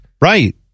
right